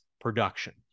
production